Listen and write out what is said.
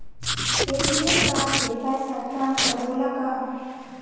ATM card से पैसा transfer होला का?